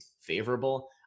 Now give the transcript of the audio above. favorable